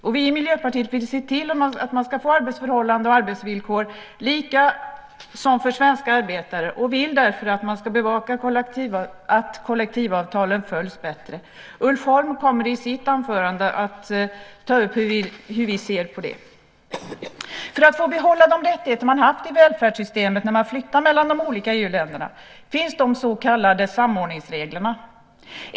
Vi i Miljöpartiet vill se till att man ska få arbetsförhållanden och arbetsvillkor lika som för svenska arbetare och vill därför att man ska bevaka att kollektivavtal följs bättre. Ulf Holm kommer i sitt anförande att ta upp hur vi ser på det. För att få behålla de rättigheter som man har haft i välfärdssystemet när man flyttar mellan de olika EU-länderna finns de så kallade samordningsreglerna.